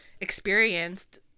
experienced